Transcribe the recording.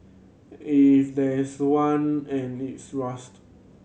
if there's one and its rust